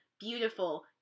Beautiful